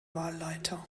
wahlleiter